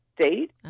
state